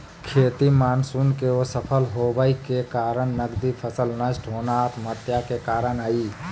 खेती मानसून के असफल होबय के कारण नगदी फसल नष्ट होना आत्महत्या के कारण हई